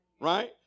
Right